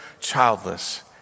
childless